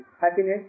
happiness